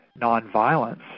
nonviolence